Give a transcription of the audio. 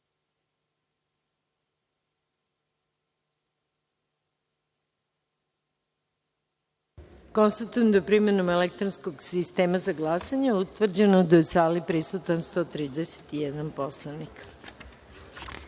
jedinice. Konstatujem da je, primenom elektronskog sistema za glasanje, utvrđeno da je u sali prisutan 131 poslanik. Stavljam